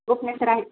गुपने sir आहेत